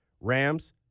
Rams